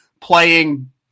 playing